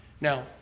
Now